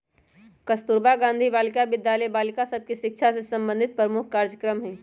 कस्तूरबा गांधी बालिका विद्यालय बालिका सभ के शिक्षा से संबंधित प्रमुख कार्जक्रम हइ